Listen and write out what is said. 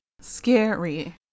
Scary